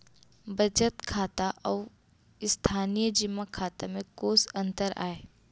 बचत खाता अऊ स्थानीय जेमा खाता में कोस अंतर आय?